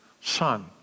Son